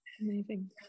Amazing